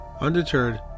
Undeterred